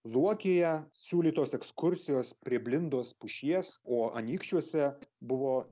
luokėje siūlytos ekskursijos prie blindos pušies o anykščiuose buvo